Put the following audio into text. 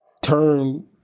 turn